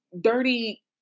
dirty